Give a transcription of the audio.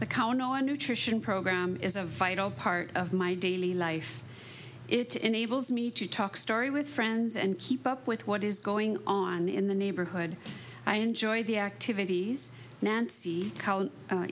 no nutrition program is a vital part of my daily life it enables me to talk story with friends and keep up with what is going on in the neighborhood i enjoy the activities nancy